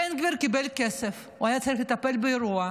בן גביר קיבל כסף, הוא היה צריך לטפל באירוע.